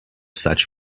such